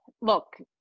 look